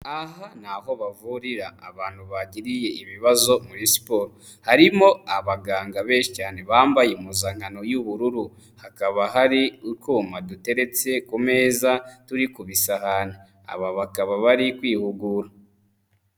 Aha ni aho bavurira abantu bagiriye ibibazo muri siporo, harimo abaganga benshi cyane bambaye impuzankano y'ubururu, hakaba hari utwuma duteretse ku meza turi kubisahani, aba bakaba bari kwihugura.